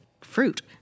fruit